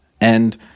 And-